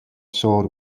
sold